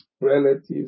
relatives